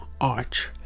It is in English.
Arch